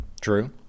True